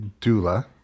doula